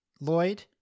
Lloyd